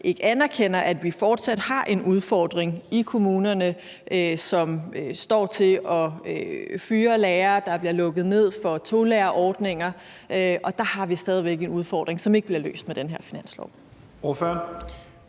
ikke anerkender, at vi fortsat har en udfordring i kommunerne, som står til at fyre lærere, og hvor der bliver lukket ned for tolærerordninger, og at vi stadig væk har en udfordring der, som ikke bliver løst med den her finanslov.